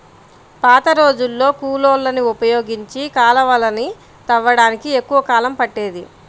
పాతరోజుల్లో కూలోళ్ళని ఉపయోగించి కాలవలని తవ్వడానికి ఎక్కువ కాలం పట్టేది